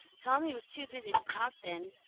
tommy was too busy to talk then,